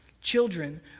Children